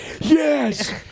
yes